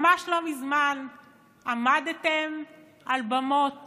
ממש לא מזמן עמדתם על במות